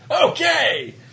Okay